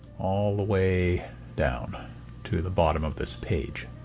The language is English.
all the way down to the bottom of this page,